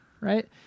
Right